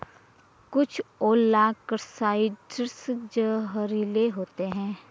कुछ मोलॉक्साइड्स जहरीले होते हैं